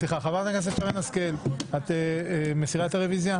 חברת הכנסת שרן השכל, את מסירה את הרוויזיה?